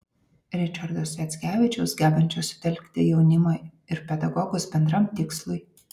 ričardo sviackevičiaus gebančio sutelkti jaunimą ir pedagogus bendram tikslui